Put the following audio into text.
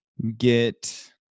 get